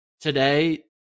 today